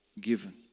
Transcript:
given